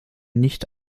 nicht